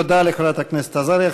תודה לחברת הכנסת עזריה.